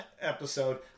episode